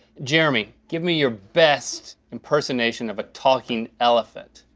jeremy, give me your best impersonation of a talking elephant.